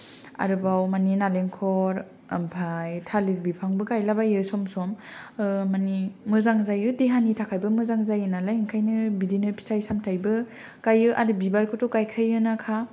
आरोबाव मानि नालेंखर आमफाय थालिर बिफांबो गायला बायो सम सम मानि मोजां जायो देहानि थाखायबो मोजां जायो नालाय ओंखायनो बिदिनो फिथाइ साथायबो गाइयो आरो बिबारखौथ' गायखायोयानोखा